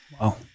Wow